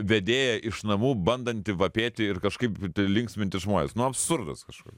vedėją iš namų bandantį vapėti ir kažkaip linksminti žmones nu absurdas kažkoks